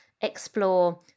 explore